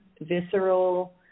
visceral